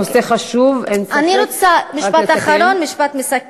נושא חשוב, אין ספק, רק לסכם.